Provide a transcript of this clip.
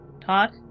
Todd